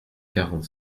quarante